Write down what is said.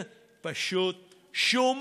שם.